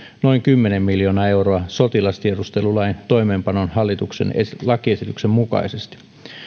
noin kymmenen miljoonaa euroa sotilastiedustelulain toimeenpanoon hallituksen lakiesityksen mukaisesti